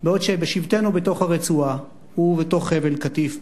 בעוד שבשבתנו בתוך הרצועה ובתוך חבל-קטיף,